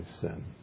sin